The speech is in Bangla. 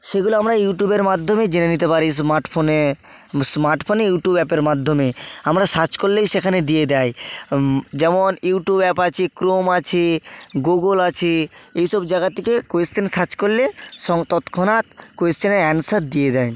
সেগুলো আমরা ইউটিউবের মাধ্যমে জেনে নিতে পারি স্মার্টফোনে স্মার্টফোনে ইউটিউব অ্যাপের মাধ্যমে আমরা সার্চ করলেই সেখানে দিয়ে দেয় যেমন ইউট্যুব অ্যাপ আছে ক্রোম আছে গুগল আছে এইসব জায়গা থেকে কয়েশসেন সার্চ করলে সং তৎক্ষণাৎ কোয়েশচেনের অ্যানসার দিয়ে দেয়